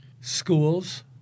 schools